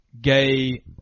gay